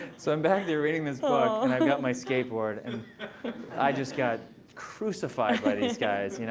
so i'm back there reading this i've got my skateboard. and i just got crucified by these guys. you know